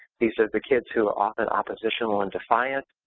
these are the kids who are often oppositional and defiant,